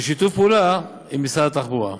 בשיתוף פעולה עם משרד התחבורה.